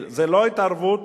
זו לא התערבות